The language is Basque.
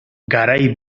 garai